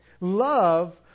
Love